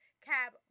Cab